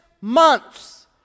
months